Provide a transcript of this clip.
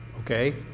okay